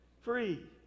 free